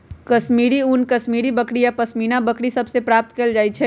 कश्मीरी ऊन कश्मीरी बकरि आऽ पशमीना बकरि सभ से प्राप्त कएल जाइ छइ